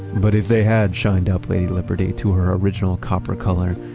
but if they had shined up lady liberty to her original copper color,